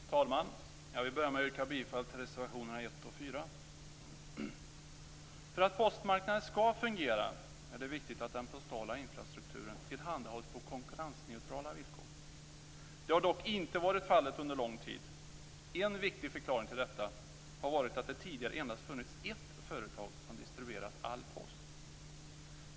Fru talman! Jag vill börja med att yrka bifall till reservationerna 1 och 4. För att postmarknaden skall fungera är det viktigt att den postala infrastrukturen tillhandahålls på konkurrensneutrala villkor. Det har dock inte varit fallet under lång tid. En viktig förklaring till detta har varit att det tidigare endast funnits ett företag som distribuerat all post.